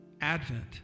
Advent